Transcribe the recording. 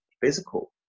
physical